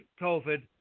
COVID